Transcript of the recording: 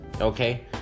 Okay